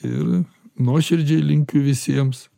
ir nuoširdžiai linkiu visiems